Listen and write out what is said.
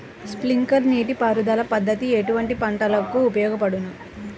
Sprinkler నీటిపారుదల పద్దతి ఎటువంటి పంటలకు ఉపయోగపడును?